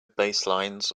baselines